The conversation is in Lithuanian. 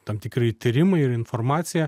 tam tikri tyrimai ir informacija